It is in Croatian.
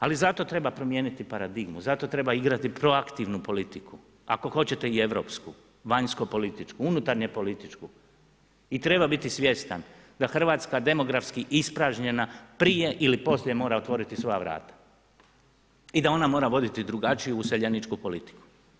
Ali zato treba promijeniti paradigmu, zato treba igrati proaktivnu politiku, ako hoćete i europsku, vanjsko političku, unutarnje političku i treba biti svjestan da Hrvatska demografski ispražnjena prije ili poslije mora otvoriti svoja vrata i da ona mora voditi drugačiju useljeničku politiku.